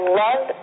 love